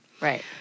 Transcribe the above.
Right